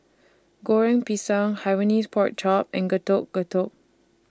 Goreng Pisang Hainanese Pork Chop and Getuk Getuk